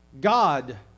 God